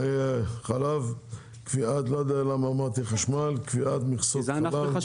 (קביעת מכסות חלב)